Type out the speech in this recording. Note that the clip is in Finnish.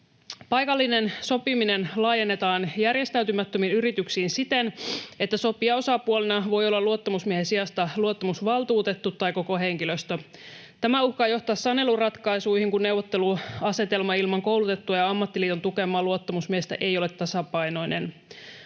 Paikallinen sopiminen laajennetaan järjestäytymättömiin yrityksiin siten, että sopijaosapuolena voi olla luottamusmiehen sijasta luottamusvaltuutettu tai koko henkilöstö. Tämä uhkaa johtaa saneluratkaisuihin, kun neuvotteluasetelma ilman koulutettua ja ammattiliiton tukemaa luottamusmiestä ei ole tasapainoinen.